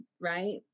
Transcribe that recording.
right